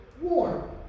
warm